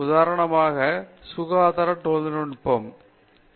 உதாரணமாக சுகாதார தொழில்நுட்பம் பேராசிரியர் பிரதாப் ஹரிதாஸ் சரி